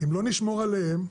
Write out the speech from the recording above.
אם לא נשמור עליהם,